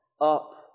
up